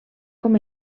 com